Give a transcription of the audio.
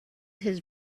his